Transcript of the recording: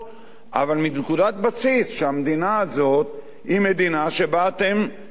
אבל מנקודת בסיס שהמדינה הזאת היא מדינה שבה אתם שותפים,